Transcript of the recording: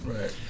Right